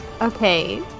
Okay